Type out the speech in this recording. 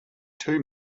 two